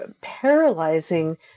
paralyzing